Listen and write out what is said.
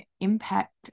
impact